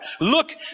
Look